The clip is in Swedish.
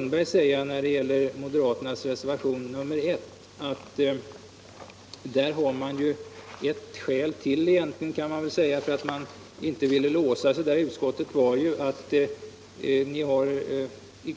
När det så gäller moderaternas reservation nr 1 vill jag bara säga till fru Sundberg att där finns ytterligare ett skäl till att utskottet inte ville låsa sig.